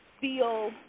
feel